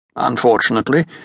Unfortunately